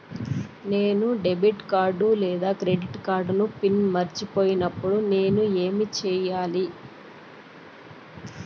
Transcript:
నేను debit card లేదా credit card PIN మర్చిపోయినప్పుడు నేను ఏమి సెయ్యాలి?